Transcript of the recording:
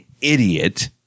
idiot